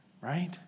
right